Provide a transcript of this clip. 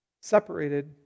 separated